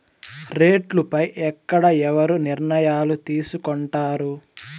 రేట్లు పై ఎక్కడ ఎవరు నిర్ణయాలు తీసుకొంటారు?